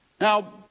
Now